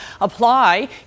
apply